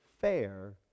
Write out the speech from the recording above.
fair